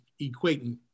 equating